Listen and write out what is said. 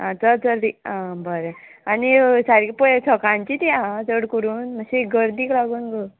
आं चल चल आ बरें आनी सारकें पय सकांचीत येया आं चड करून मातशी गर्दीक लागून गो